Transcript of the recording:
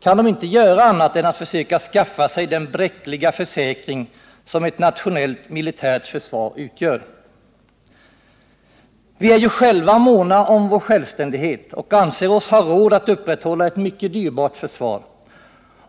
kan de inte göra annat än att försöka skaffa sig den bräckliga försäkring som ett nationellt, militärt försvar utgör. Vi är ju själva måna om vår självständighet och anser oss ha råd att upprätthålla ett mycket dyrbart försvar.